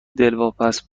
دلواپس